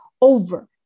over